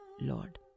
Lord